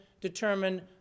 determine